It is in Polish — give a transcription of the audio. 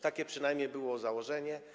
Takie przynajmniej było założenie.